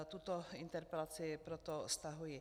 Tuto interpelaci proto stahuji.